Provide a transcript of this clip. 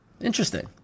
Interesting